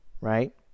right